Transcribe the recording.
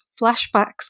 flashbacks